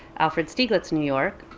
alfred stieglitz new york,